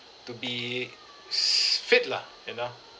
to be s~ fit lah you know